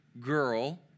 girl